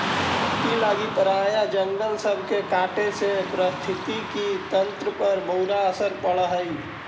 खेती लागी प्रायह जंगल सब के काटे से पारिस्थितिकी तंत्र पर बुरा असर पड़ हई